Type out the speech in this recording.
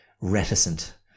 reticent